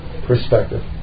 perspective